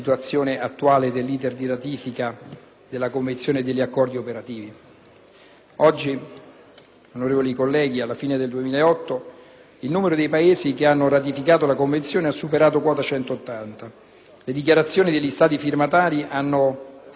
il numero dei Paesi che hanno ratificato la Convenzione ha superato la quota di 180. Le dichiarazioni degli Stati firmatari hanno permesso di quantificare e controllare l'entità degli arsenali di armi chimiche presenti nel mondo e di controllarne il processo di distruzione.